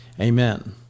Amen